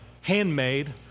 handmade